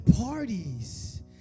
parties